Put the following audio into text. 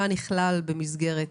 מה נכלל במסגרת